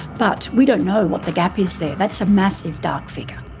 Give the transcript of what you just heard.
but we don't know what the gap is there. that's a massive dark figure.